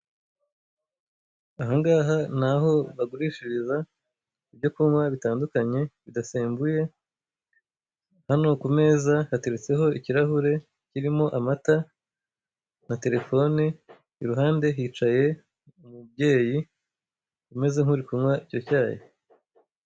Ahangaha naho bagurishiriza ibyo kunywa bitandukanye bidasembuye. Hano ku meza hateretseho ikirahure kirimo amata na telefone, iruhande hicaye umubyeyi umeze nkuri kunywa icyo cyayi.